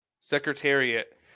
Secretariat